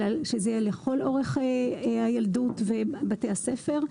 אלא שזה יהיה לכל אורך הילדות ובתי הספר,